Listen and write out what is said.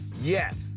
yes